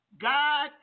God